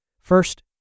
First